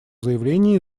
заявление